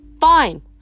Fine